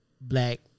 black